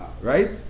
right